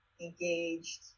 engaged